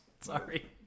Sorry